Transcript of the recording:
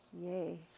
Yay